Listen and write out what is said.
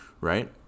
right